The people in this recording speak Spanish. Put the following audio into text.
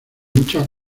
muchas